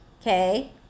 okay